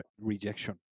rejection